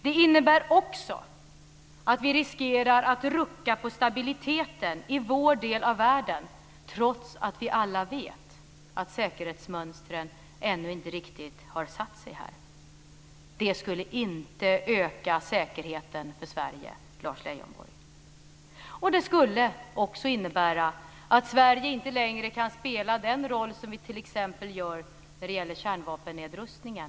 Det innebär också att vi riskerar att rucka på stabiliteten i vår del av världen trots att vi alla vet att säkerhetsmönstren ännu inte riktigt har satt sig här. Det skulle inte öka säkerheten för Sverige, Lars Leijonborg. Det skulle också innebära att Sverige inte längre kan spela den roll som vi t.ex. gör när det gäller kärnvapennedrustningen.